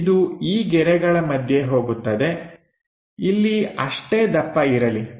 ಇದು ಈ ಗೆರೆಗಳ ಮಧ್ಯೆ ಹೋಗುತ್ತದೆ ಇಲ್ಲಿ ಅಷ್ಟೇ ದಪ್ಪ ಇರಲಿ